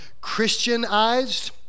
Christianized